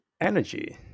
energy